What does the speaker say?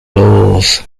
laws